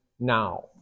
now